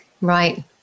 Right